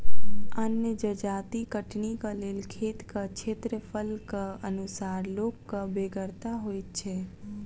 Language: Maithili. अन्न जजाति कटनीक लेल खेतक क्षेत्रफलक अनुसार लोकक बेगरता होइत छै